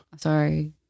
Sorry